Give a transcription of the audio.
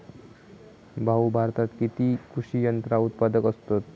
भाऊ, भारतात किती कृषी यंत्रा उत्पादक असतत